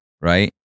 right